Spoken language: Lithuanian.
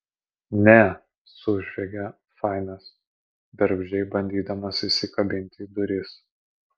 ne sužviegė fainas bergždžiai bandydamas įsikabinti į duris